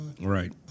Right